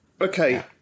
okay